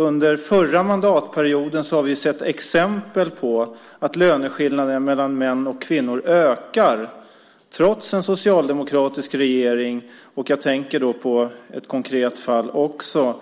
Under förra mandatperioden har vi sett exempel på att löneskillnader mellan män och kvinnor ökade trots en socialdemokratisk regering. Jag tänker också på ett konkret fall. Det var